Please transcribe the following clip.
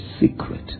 secret